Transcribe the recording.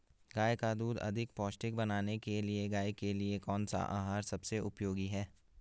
गाय का दूध अधिक पौष्टिक बनाने के लिए गाय के लिए कौन सा आहार सबसे उपयोगी है?